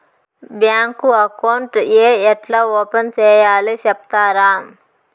Bank account ఏ ఎట్లా open సేయాలి సెప్తారా?